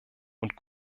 und